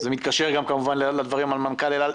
זה מתקשר גם, כמובן, לדברים של מנכ"ל אל על.